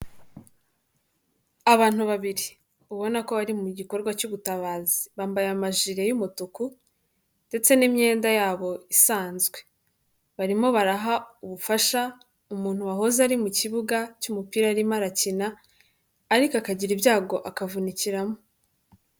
Abantu babiri ubona ko bari mu gikorwa cy'ubutabazi, bambaye amajire y'umutuku ndetse n'imyenda yabo isanzwe, barimo baraha ubufasha umuntu wahoze ari mu kibuga cy'umupira arimo arakina ariko akagira ibyago akavunikiramo.